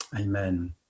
amen